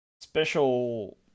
special